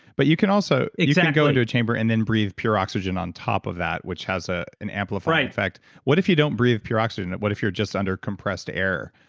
but you can also exactly. go into a chamber and then breathe pure oxygen on top of that, which has ah an amplified effect right what if you don't breathe pure oxygen, what if you're just under compressed air,